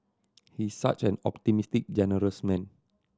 he is such an optimistic generous man